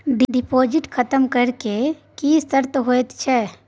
Deposit खतम करे के की सर्त होय छै?